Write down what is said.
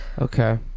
Okay